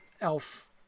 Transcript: elf